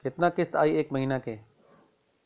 कितना किस्त आई एक महीना के?